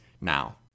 now